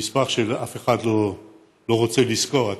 מספר שאף אחד לא רוצה לזכור,